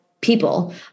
people